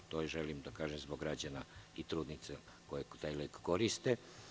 To želim da kažem zbog građana i trudnica koje taj lek koriste.